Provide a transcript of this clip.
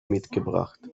mitgebracht